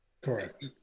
Correct